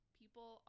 people